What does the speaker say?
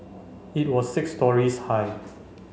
it was six storeys high